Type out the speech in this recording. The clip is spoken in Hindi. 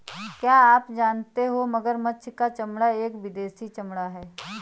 क्या आप जानते हो मगरमच्छ का चमड़ा एक विदेशी चमड़ा है